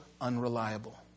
unreliable